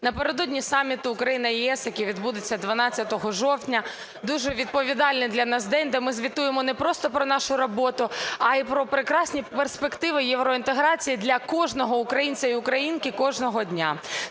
напередодні саміту Україна – ЄС, який відбудеться 12 жовтня, в дуже відповідальний для нас день, де ми звітуємо не просто про нашу роботу, а й про прекрасні перспективи євроінтеграції для кожного українця і українки кожного дня.